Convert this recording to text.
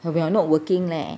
but we're not working leh